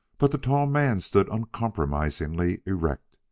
but the tall man stood uncompromisingly erect.